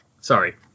Sorry